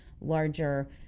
larger